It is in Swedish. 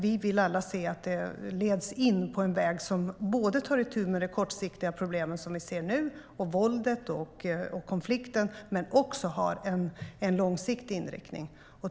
Vi vill alla att Ryssland leds in på en väg som tar itu med de kortsiktiga problem vi ser nu, våldet och konflikten, och även den långsiktiga inriktningen.